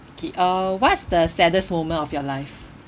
K uh what's the saddest moment of your life